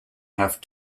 have